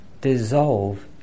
dissolve